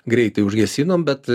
greitai užgesinom bet